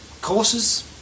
courses